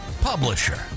publisher